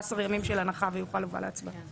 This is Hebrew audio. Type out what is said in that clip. ימים של הנחה ורק אז יוכל לבוא להצבעה.